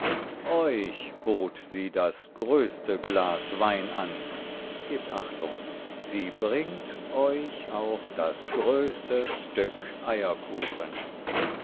euch bot sie das größte glas wein an gebt achtung sie bringt euch auch das größte stück eierkuchen